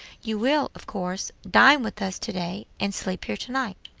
you will, of course, dine with us to-day, and sleep here to-night.